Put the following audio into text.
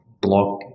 block